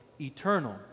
eternal